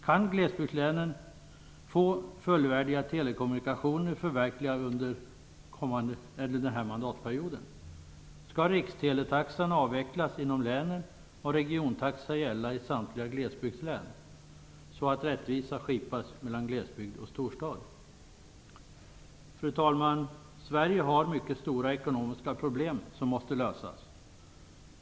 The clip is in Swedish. Kan glesbygdslänen få fullvärdiga telekommunikationer förverkligade under denna mandatperiod? Skall riksteletaxan avvecklas inom länen och regiontaxa gälla i samtliga glesbygdslän, så att rättvisa skipas mellan glesbygd och storstad? Fru talman! Sverige har mycket stora ekonomiska problem som måste lösas.